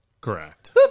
Correct